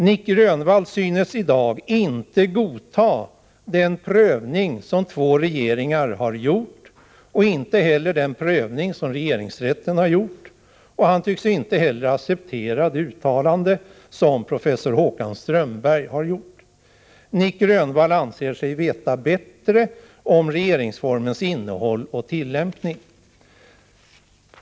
Nic Grönvall synes i dag inte godta den prövning som två regeringar har gjort och inte heller den prövning som regeringsrätten har gjort. Vidare tycks han inte acceptera det uttalande som gjorts av professor Håkan Strömberg. Nic Grönvall anser sig veta bättre när det gäller regeringsformens innehåll och tillämpning.